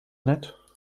nett